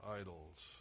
idols